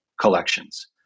collections